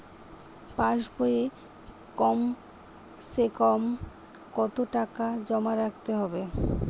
পাশ বইয়ে কমসেকম কত টাকা জমা রাখতে হবে?